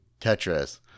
Tetris